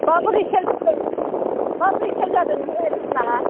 माबोरै सेल जादों माब्रै सेल जादों नोंना दखाना